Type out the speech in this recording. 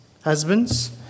husbands